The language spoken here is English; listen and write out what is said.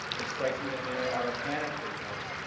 it strikes me that there are a panoply of